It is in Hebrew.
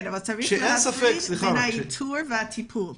כן, אבל צריך להפריד בין האיתור והטיפול.